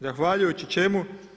Zahvaljujući čemu?